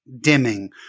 dimming